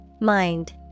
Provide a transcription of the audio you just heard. Mind